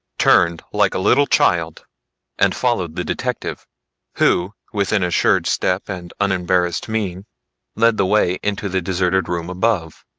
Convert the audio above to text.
turned like a little child and followed the detective who with an assured step and unembarassed mien led the way into the deserted room above.